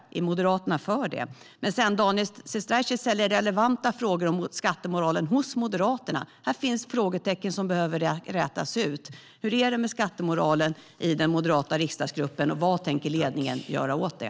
Är Moderaterna för det? Daniel Sestrajcic ställer relevanta frågor om skattemoralen hos Moderaterna. Här finns frågetecken som behöver rätas ut. Hur är det med skattemoralen i den moderata riksdagsgruppen? Vad tänker ledningen göra åt det?